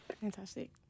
Fantastic